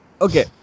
okay